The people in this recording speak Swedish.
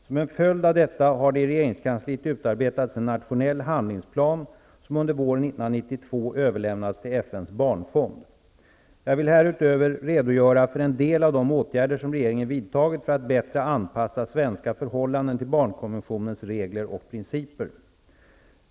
Som en följd av detta har det i regeringskansliet utarbetats en nationell handlingsplan som under våren 1992 Jag vill härutöver redogöra för en del av de åtgärder som regeringen vidtagit för att bättre anpassa svenska förhållanden till barnkonventionens regler och principer.